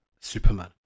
superman